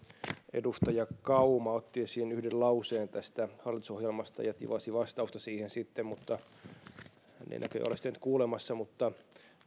edustaja kauma otti esiin yhden lauseen tästä hallitusohjelmasta ja tivasi vastausta siihen mutta hän ei näköjään ole sitä nyt kuulemassa mutta